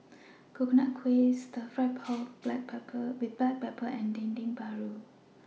Coconut Kuih Stir Fry Pork with Black Pepper and Dendeng Paru